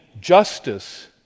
justice